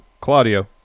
Claudio